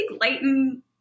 lighten